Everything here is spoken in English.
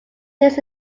takes